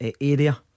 area